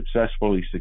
successfully